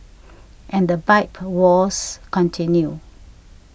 and the bike wars continue